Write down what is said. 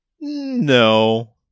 No